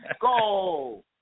go